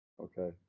okay